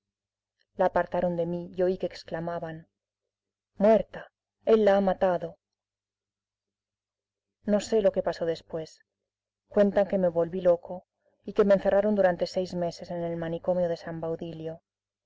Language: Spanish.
la apartaron de mí y oí que exclamaban muerta él la ha matado no sé lo que pasó después cuentan que me volví loco y que me encerraron durante seis meses en el manicomio de san baudilio